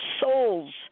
souls